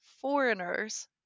foreigners